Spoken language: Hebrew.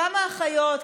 כמה אחיות?